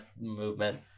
movement